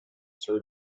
sir